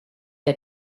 der